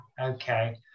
okay